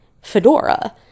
fedora